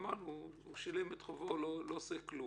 הוא שילם את חובו ולא עושה כלום.